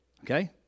Okay